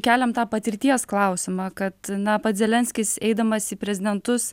keliam tą patirties klausimą kad na pats zelenskis eidamas į prezidentus